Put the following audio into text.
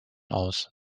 aus